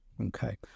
Okay